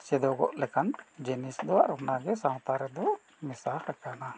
ᱪᱮᱫᱚᱜ ᱞᱮᱠᱟᱱ ᱡᱤᱱᱤᱥ ᱫᱚ ᱚᱱᱟ ᱜᱮ ᱥᱟᱶᱛᱟ ᱨᱮᱫᱚ ᱢᱮᱥᱟ ᱟᱠᱟᱱᱟ